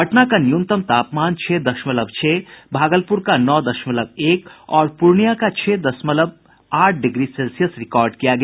पटना का न्यूनतम तापमान छह दशमलव छह भागलपुर का नौ दशमलव एक और पूर्णिया का छह दशमलव आठ डिग्री सेल्सियस रिकार्ड किया गया